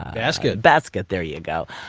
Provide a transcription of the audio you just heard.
basket basket. there you go.